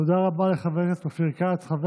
תודה רבה לחבר הכנסת אופיר כץ.